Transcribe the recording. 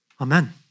Amen